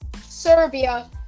Serbia